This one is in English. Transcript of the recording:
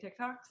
TikToks